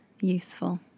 useful